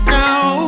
now